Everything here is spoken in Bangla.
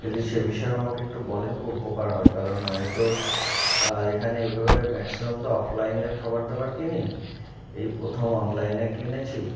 যদি সে বিষয়ে আমাকে একটু বলেন খুব উপকার হয় কারণ আমি তো এখানে এইভাবে ম্যাক্সিমাম তো অফলাইনের খাবার দাবার কিনি এই প্রথম অনলাইনে কিনেছি